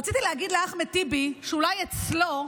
רציתי להגיד לאחמד טיבי שאולי אצלו,